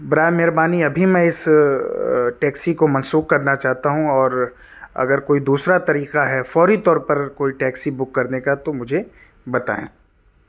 برائے مہربانی ابھی میں اس ٹیکسی کو منسوخ کرنا چاہتا ہوں اور اگر کوئی دوسرا طریقہ ہے فوری طور پر کوئی ٹیکسی بک کرنے کا تو مجھے بتائیں